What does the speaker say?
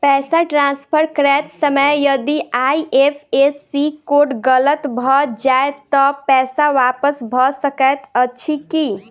पैसा ट्रान्सफर करैत समय यदि आई.एफ.एस.सी कोड गलत भऽ जाय तऽ पैसा वापस भऽ सकैत अछि की?